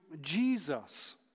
Jesus